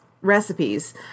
recipes